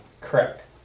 correct